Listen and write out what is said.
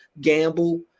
gamble